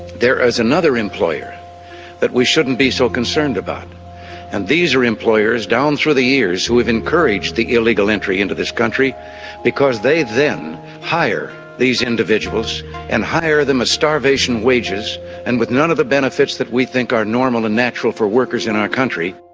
there is another employer that we shouldn't be so concerned about and these are employers down through the years who have encouraged the illegal entry into this country because they then hire these individuals and hire them at ah starvation wages and with none of the benefits that we think are normal and natural for workers in our country.